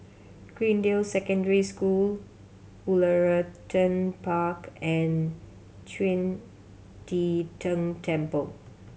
Greendale Secondary School Woollerton Park and Qing De Tang Temple